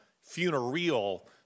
funereal